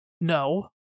No